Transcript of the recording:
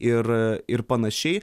ir ir panašiai